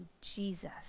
jesus